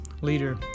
leader